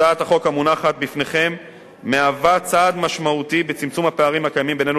הצעת החוק המונחת בפניכם מהווה צעד משמעותי בצמצום הפערים הקיימים בינינו